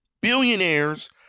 Billionaires